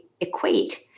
equate